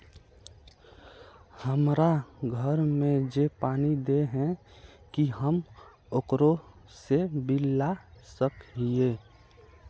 हमरा घर में जे पानी दे है की हम ओकरो से बिल ला सके हिये?